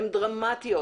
הן דרמטיות,